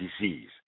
disease